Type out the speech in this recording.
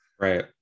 Right